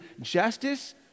justice